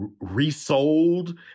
Resold